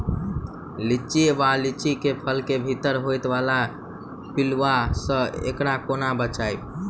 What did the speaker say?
लिच्ची वा लीची केँ फल केँ भीतर होइ वला पिलुआ सऽ एकरा कोना बचाबी?